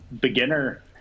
beginner